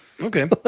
Okay